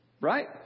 right